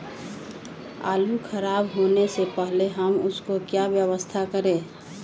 आलू खराब होने से पहले हम उसको क्या व्यवस्था करें?